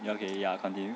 okay ya continue